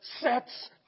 sets